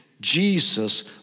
Jesus